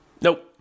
Nope